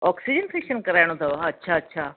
oxygen facial कराइणो अथव अच्छा अच्छा